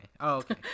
okay